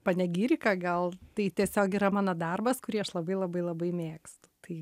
panegirika gal tai tiesiog yra mano darbas kurį aš labai labai labai mėgstu tai